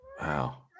Wow